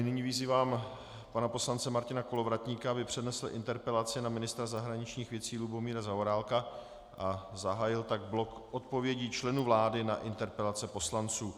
A nyní vyzývám pana poslance Martina Kolovratníka, aby přednesl interpelaci na ministra zahraničních věcí Lubomíra Zaorálka a zahájil tak blok odpovědí členů vlády na interpelace poslanců.